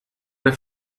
der